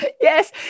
Yes